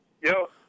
Yo